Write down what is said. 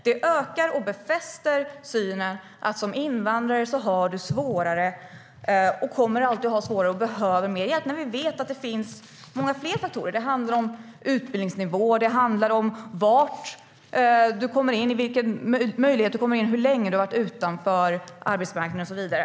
Det ökar och befäster synen att man som invandrare har det svårare och alltid kommer att behöva mer hjälp. Vi vet att det finns många fler faktorer. Det handlar om utbildningsnivå, var man kommer in, hur länge man har varit utanför arbetsmarknaden och så vidare.